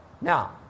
Now